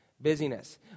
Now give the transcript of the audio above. Busyness